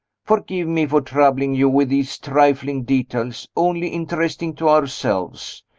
forgive me for troubling you with these trifling details, only interesting to ourselves.